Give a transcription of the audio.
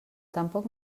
tampoc